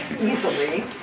easily